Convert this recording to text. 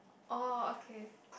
orh okay